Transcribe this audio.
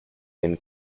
then